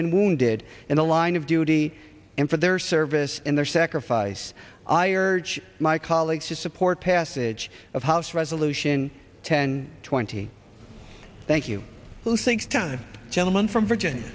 been wounded in the line of duty and for their service and their sacrifice i urge my colleagues to support passage of house resolution ten twenty thank you who thinks kind of gentleman from virginia